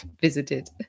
visited